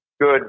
good